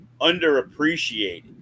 underappreciated